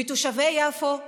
מול תושבי יפו,